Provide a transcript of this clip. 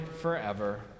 forever